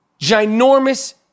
ginormous